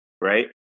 right